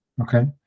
okay